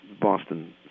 Boston